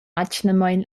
atgnamein